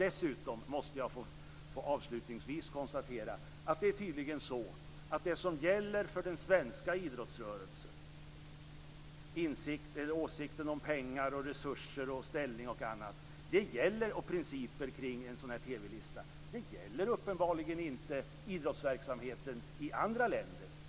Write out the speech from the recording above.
Dessutom måste jag slutligen få konstatera att det tydligen är så att det som gäller för den svenska idrottsrörelsen - åsikten om pengar, resurser, ställning, principer kring en TV-lista och annat - uppenbarligen inte gäller idrottsverksamheten i andra länder.